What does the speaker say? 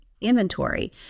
inventory